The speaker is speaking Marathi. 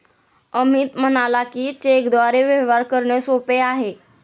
अमित म्हणाला की, चेकद्वारे व्यवहार करणे सोपे आहे